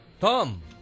Tom